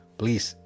please